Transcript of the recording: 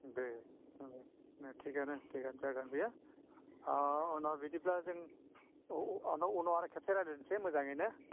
उम दे नंगौ थिगानो थिगानो जागोन बेयो ओह उनाव बिदिब्ला जों औ औ अनाव उनाव आरो खेबसे रायलायसै मोजाङैनो